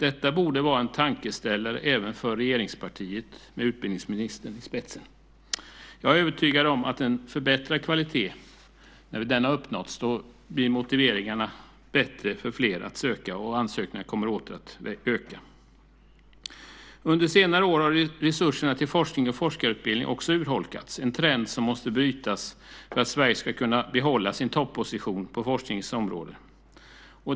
Detta borde vara en tankeställare även för regeringspartiet med utbildningsministern i spetsen. Jag är övertygad om att när en förbättrad kvalitet har uppnåtts ökar motivationen för fler att söka, och antalet ansökningar kommer åter att öka. Under senare år har resurserna till forskning och forskarutbildning också urholkats. Det är en trend som måste brytas för att Sverige ska kunna behålla sin topposition på forskningsområdet.